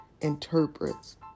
interprets